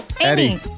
Eddie